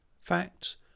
Facts